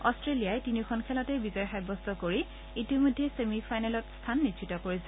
অট্টেলিয়াই তিনিওখন খেলতে বিজয় সাব্যস্ত কৰি ইতিমধ্যে ছেমি ফাইনেলত স্থান নিশ্চিত কৰিছে